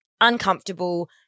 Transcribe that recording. uncomfortable